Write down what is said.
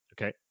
okay